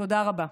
תודה רבה.